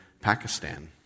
Pakistan